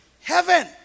Heaven